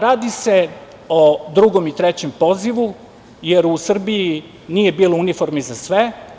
Radi se o drugom i trećem pozivu, jer u Srbiji nije bilo uniformi za sve.